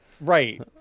right